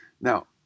now